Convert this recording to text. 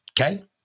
Okay